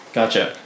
Gotcha